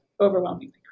overwhelmingly